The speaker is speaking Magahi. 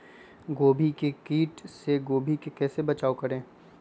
गोभी के किट से गोभी का कैसे बचाव करें?